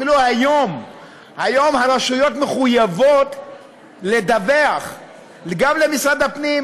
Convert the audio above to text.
אפילו היום הרשויות מחויבות לדווח גם למשרד הפנים